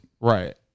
Right